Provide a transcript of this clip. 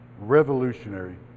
revolutionary